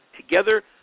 together